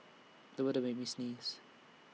the weather made me sneeze